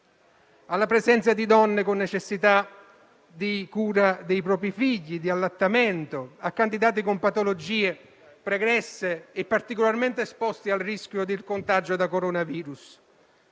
alla presenza di donne con necessità di cura dei propri figli e di allattamento, a candidati con patologie pregresse e particolarmente esposti al rischio del contagio da coronavirus.